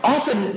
Often